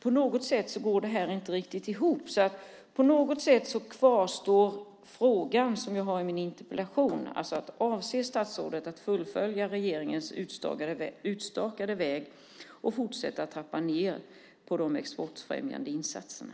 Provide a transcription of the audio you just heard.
På något sätt går det inte riktigt ihop. På något sätt kvarstår frågan som jag har i min interpellation: Avser statsrådet att fullfölja regeringens utstakade väg och fortsätta att trappa ned på de exportfrämjande insatserna?